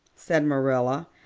said marilla,